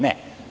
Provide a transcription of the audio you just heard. Ne.